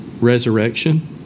resurrection